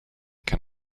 can